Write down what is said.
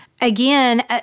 again